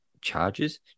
charges